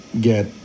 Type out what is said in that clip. get